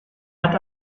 hat